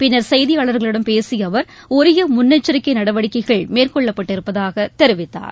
பின்னர் செய்தியாளர்களிடம் பேசிய முன்னெச்சரிக்கை அவர் உரிய நடவடிக்கைகள் மேற்கொள்ளப்பட்டிருப்பதாக தெரிவித்தார்